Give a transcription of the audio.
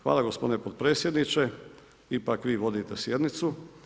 Hvala gospodine potpredsjedniče, ipak vi vodite sjednicu.